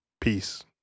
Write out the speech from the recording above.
Peace